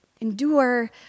endure